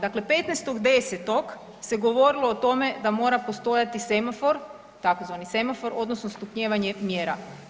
Dakle, 15.10. se govorilo o tome da mora postojati semafor tzv. semafor odnosno stupnjevanje mjera.